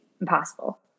impossible